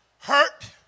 hurt